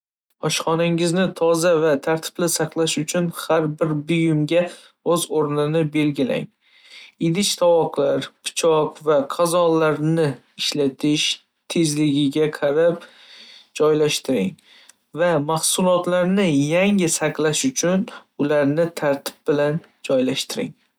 Oshxonangizni toza va tartibli saqlash uchun har bir buyumga o'z o'rnini belgilang. Idish-tovoqlar, pichoq va qozonlarni ishlatilish tezligiga qarab joylashtiring, va mahsulotlarni yangi saqlash uchun ularni tartib bilan joylashtiring.